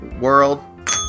world